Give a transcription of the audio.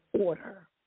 order